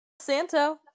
Santo